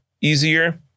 easier